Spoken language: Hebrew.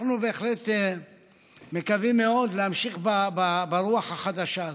אנחנו בהחלט מקווים מאוד להמשיך ברוח החדשה הזאת.